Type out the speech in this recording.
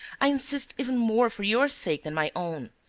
i insist even more for your sake than my own,